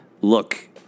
look